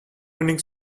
running